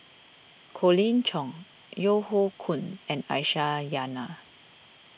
Colin Cheong Yeo Hoe Koon and Aisyah Lyana